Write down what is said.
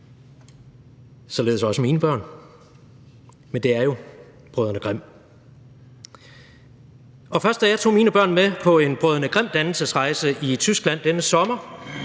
således også mine børn – men det er jo brødrene Grimm. Først da jeg tog mine børn med på en brødrene Grimm-dannelsesrejse i Tyskland denne sommer,